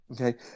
Okay